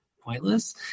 pointless